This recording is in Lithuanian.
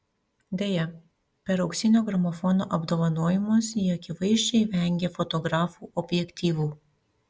deja per auksinio gramofono apdovanojimus ji akivaizdžiai vengė fotografų objektyvų